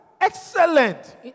Excellent